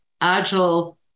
agile